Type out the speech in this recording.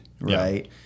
right